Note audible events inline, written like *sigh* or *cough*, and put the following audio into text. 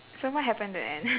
so what happen the end *laughs*